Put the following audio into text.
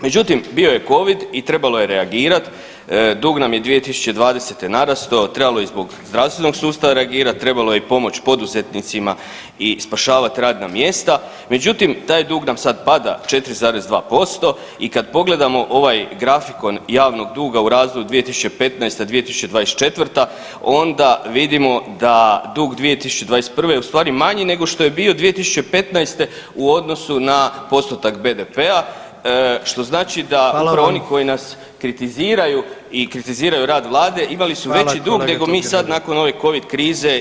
Međutim, bio je covid i trebalo je reagirat, dug nam je 2020. narastao, trebalo je i zbog zdravstvenog sustava reagirat, trebalo je i pomoć poduzetnicima i spašavat radna mjesta, međutim taj dug nam sad pada 4,2% i kad pogledamo ovaj grafikon javnog duga u razdoblju 2015.-2024. onda vidimo da dug 2021. je u stvari manji nego što je bio 2015. u odnosu na postotak BDP-a, što znači da upravo oni koji nas [[Upadica: Hvala vam]] kritiziraju i kritiziraju rad vlade imali su veći dug [[Upadica: Hvala kolega Totgergeli]] nego mi sad nakon ove covid krize i dva potresa.